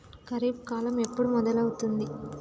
ఖరీఫ్ కాలం ఎప్పుడు మొదలవుతుంది?